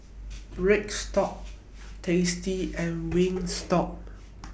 stock tasty and Wingstop